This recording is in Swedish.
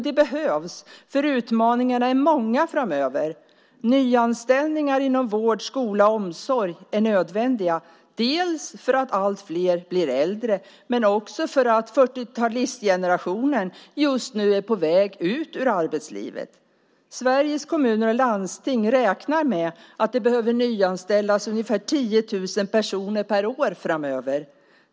Det behövs, för utmaningarna är många framöver. Nyanställningar inom vård, skola och omsorg är nödvändiga - dels för att allt fler blir allt äldre, dels för att fyrtiotalistgenerationen just nu är på väg ut från arbetslivet. Sveriges kommuner och landsting räknar med att det behöver nyanställas ca 10 000 personer per år framöver.